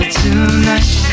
tonight